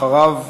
אחריו,